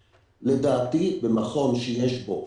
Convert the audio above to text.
לדעתי, במכון שיש בו